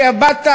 שִעבדת,